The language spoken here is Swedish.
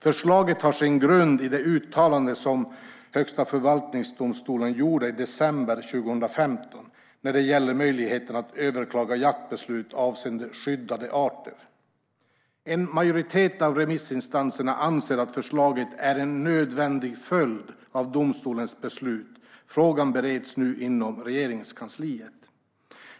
Förslaget har sin grund i de uttalanden som HFD gjorde i december 2015 när det gäller möjligheten att överklaga jaktbeslut avseende skyddade arter. En majoritet av remissinstanserna anser att förslaget är en nödvändig följd av domstolens beslut. Frågan bereds nu inom Regeringskansliet.